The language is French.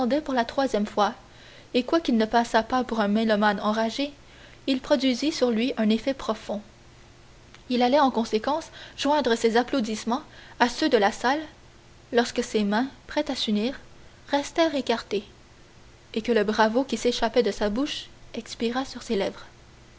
pour la troisième fois et quoiqu'il ne passât pas pour un mélomane enragé il produisit sur lui un effet profond il allait en conséquence joindre ses applaudissements à ceux de la salle lorsque ses mains prêtes à se réunir restèrent écartées et que le bravo qui s'échappait de sa bouche expira sur ses lèvres